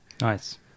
Nice